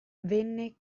venne